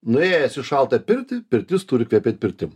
nuėjęs į šaltą pirtį pirtis turi kvepėt pirtim